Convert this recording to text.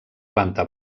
planta